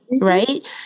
right